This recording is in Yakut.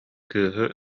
кыыһы